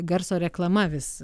garso reklama vis